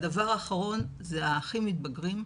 הדבר האחרון, זה האחים מתבגרים,